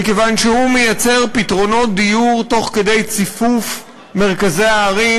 מכיוון שהוא מייצר פתרונות דיור תוך כדי ציפוף מרכזי הערים,